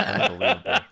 Unbelievable